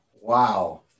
Wow